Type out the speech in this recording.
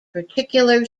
particular